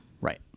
right